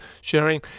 sharing